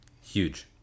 Huge